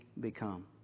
become